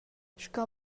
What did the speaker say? sco